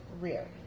rear